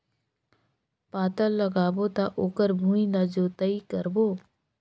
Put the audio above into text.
पातल लगाबो त ओकर भुईं ला जोतई करबो?